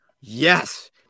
Yes